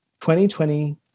2020